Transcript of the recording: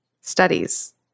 studies